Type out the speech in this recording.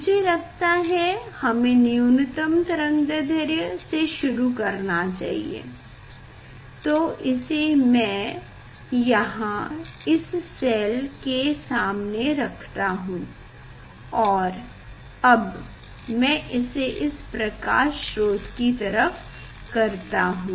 मुझे लगता है हमें न्यूनतम तरंगदैढ्र्य से शुरू करना चाहिए तो इसे मैं यहाँ इस सेल के सामने रखता हूँ और अब मैं इसे इस प्रकाश स्रोत की तरफ करता हूँ